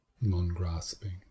non-grasping